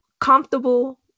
comfortable